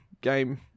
game